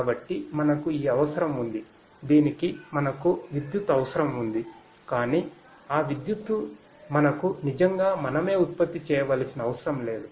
కాబట్టి మనకు ఈ అవసరం ఉంది దీనికి మనకు విద్యుత్ అవసరం ఉంది కాని ఆ విద్యుత్తు మనకు నిజంగా మనమే ఉత్పత్తి చేయవలసిన అవసరం లేదు